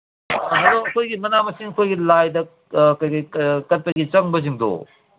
ꯑꯗꯨ ꯑꯩꯈꯣꯏꯒꯤ ꯃꯅꯥ ꯃꯁꯤꯡ ꯑꯩꯈꯣꯏꯒꯤ ꯂꯥꯏꯗ ꯀꯩꯀꯩ ꯀꯠꯄꯒꯤ ꯆꯪꯕꯁꯤꯡꯗꯣ